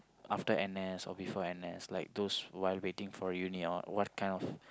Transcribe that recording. after N_S or before N_S like those while waiting for uni or what kind of